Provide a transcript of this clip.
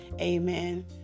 Amen